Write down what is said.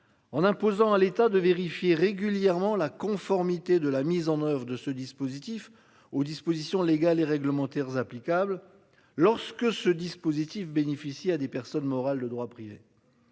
En imposant à l'état de vérifier régulièrement la conformité de la mise en oeuvre de ce dispositif aux dispositions légales et réglementaires applicables lorsque ce dispositif bénéficier à des personnes morales de droit privé.